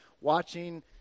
watching